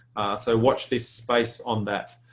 so watch this space on that.